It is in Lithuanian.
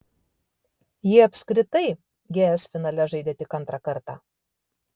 ji apskritai gs finale žaidė tik antrą kartą